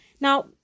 now